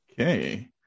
Okay